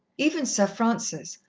even sir francis,